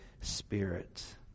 Spirit